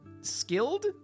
skilled